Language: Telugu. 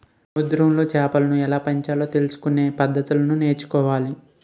సముద్రములో చేపలను ఎలాపెంచాలో తెలుసుకొనే పద్దతులను నేర్చుకోవాలి